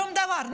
שום דבר,